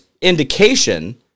indication